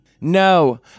No